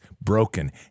broken